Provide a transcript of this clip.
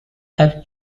have